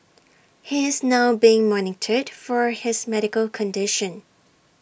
he is now being monitored for his medical condition